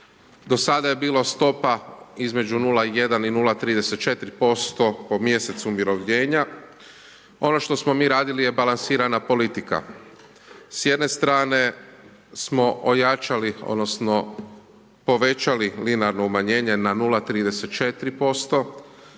do sada je bila stopa između 0,1 i 0,34% po mjesecu umirovljenje. Ono što smo mi radili je balansirana politika. S jedne strane smo ojačali, odnosno, povećali liberalno umanjenje na 0,34%